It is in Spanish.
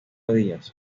díaz